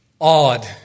Odd